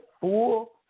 full